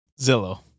Zillow